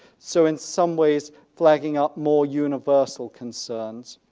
so in some ways flagging up more universal concerns.